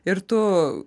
ir tu